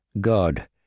God